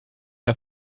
der